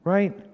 Right